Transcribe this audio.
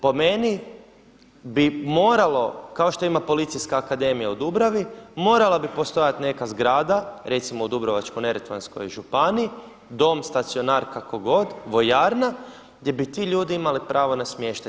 Po meni bi moralo kao što ima Policijska akademija u Dubravi morala bi postojati neka zgrada recimo u Dubrovačko-neretvanskoj županiji, dom, stacionar, kako god, vojarna gdje bi ti ljudi imali pravo na smještaj.